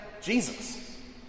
Jesus